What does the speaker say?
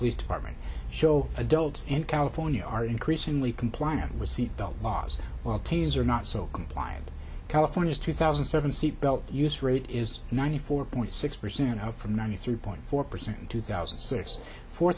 police department show adults in california are increasingly compliant with seat belt laws while teens are not so compliant california's two thousand and seven seat belt use rate is ninety four point six percent up from ninety three point four percent in two thousand